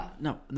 No